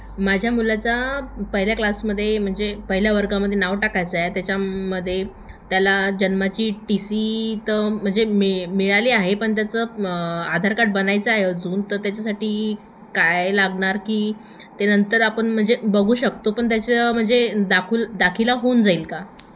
माझ्या मुलाचा पहिल्या क्लासमध्ये म्हणजे पहिल्या वर्गामध्ये नाव टाकायचं आहे त्याच्यामध्ये त्याला जन्माची टी सी तर म्हणजे मि मिळाली आहे पण त्याचं आधार कार्ड बनायचं आहे अजून तर त्याच्यासाठी काय लागणार की ते नंतर आपण म्हणजे बघू शकतो पण त्याचं म्हणजे दाखवल दाखिला होऊन जाईल का